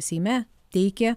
seime teikė